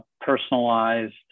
personalized